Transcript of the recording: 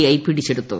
I പിടിച്ചെടുത്തു